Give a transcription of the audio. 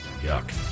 Yuck